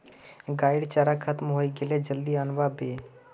गाइर चारा खत्म हइ गेले जल्दी अनवा ह बे